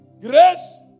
Grace